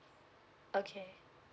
okay